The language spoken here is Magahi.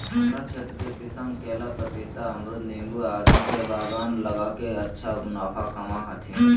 हमरा क्षेत्र के किसान केला, पपीता, अमरूद नींबू आदि के बागान लगा के अच्छा मुनाफा कमा हथीन